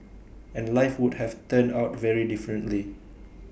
and life would have turned out very differently